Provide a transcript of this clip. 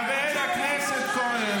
חבר הכנסת כהן.